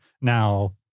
now